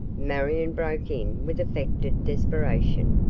marion broke in with affected desperation.